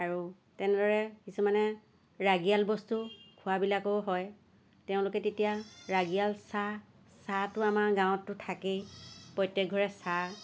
আৰু তেনেদৰে কিছুমানে ৰাগীয়াল বস্তু খোৱাবিলাকৰো হয় তেওঁলোকে তেতিয়া ৰাগীয়াল চাহ চাহটো আমাৰ গাঁৱতটো থাকেই প্ৰত্যেক ঘৰে চাহ